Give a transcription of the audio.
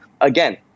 again